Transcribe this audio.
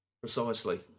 Precisely